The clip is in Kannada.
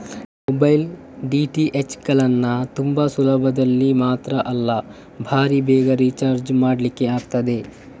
ನಿಮ್ಮ ಮೊಬೈಲು, ಡಿ.ಟಿ.ಎಚ್ ಗಳನ್ನ ತುಂಬಾ ಸುಲಭದಲ್ಲಿ ಮಾತ್ರ ಅಲ್ಲ ಭಾರೀ ಬೇಗ ರಿಚಾರ್ಜ್ ಮಾಡ್ಲಿಕ್ಕೆ ಆಗ್ತದೆ